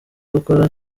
gukora